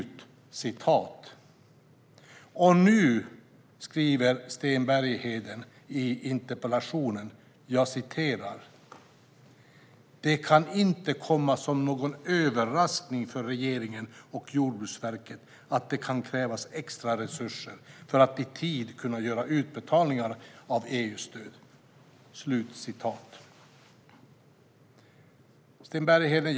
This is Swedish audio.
Nu skriver Sten Bergheden i sin interpellation att det inte kan "komma som någon överraskning för regeringen och Jordbruksverket att det kan krävas extra resurser för att i tid kunna göra utbetalningar av EU-stöd". Sten Bergheden!